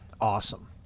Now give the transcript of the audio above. Awesome